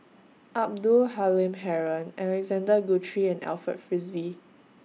Abdul Halim Haron Alexander Guthrie and Alfred Frisby